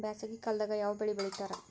ಬ್ಯಾಸಗಿ ಕಾಲದಾಗ ಯಾವ ಬೆಳಿ ಬೆಳಿತಾರ?